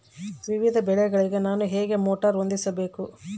ವಿವಿಧ ಬೆಳೆಗಳಿಗೆ ನಾನು ಹೇಗೆ ಮೋಟಾರ್ ಹೊಂದಿಸಬೇಕು?